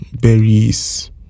berries